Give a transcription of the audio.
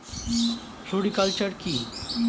Floriculture কি?